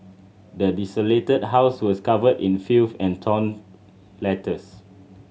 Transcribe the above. the desolated house was covered in filth and torn letters